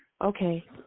Okay